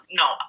no